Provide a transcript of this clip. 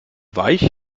weich